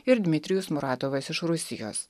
ir dmitrijus muratovas iš rusijos